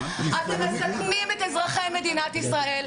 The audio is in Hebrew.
אתם מסכנים את אזרחי מדינת ישראל.